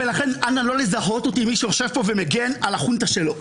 ולכן אנא לא לזהות אותי עם מי שהורשע פה ומגן על החונטה שלו.